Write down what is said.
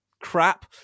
crap